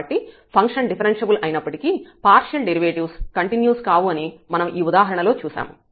కాబట్టి function differentiable అయినప్పటికీ partial derivatives continuous కావు అని మనం ఈ ఉదాహరణ లో చూశాము